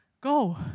Go